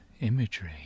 imagery